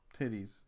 Titties